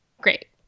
Great